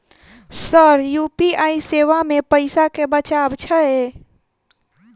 Sir UPI सेवा मे पैसा केँ बचाब छैय?